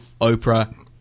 Oprah